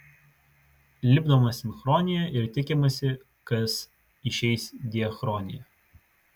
lipdoma sinchronija ir tikimasi kas išeis diachronija